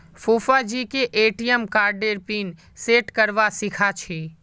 फूफाजीके ए.टी.एम कार्डेर pin set करवा सीखा छि